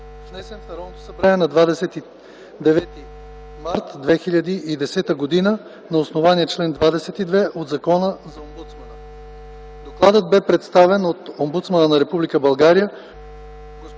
внесен в Народното събрание на 29 март 2010 г. на основание чл. 22 от Закона за омбудсмана. Докладът бе представен от омбудсмана на Република